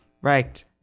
Right